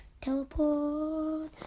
Teleport